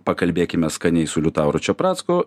pakalbėkime skaniai su liutauru čepracku